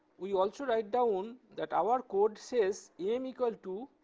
we also write down that our code says, m equal to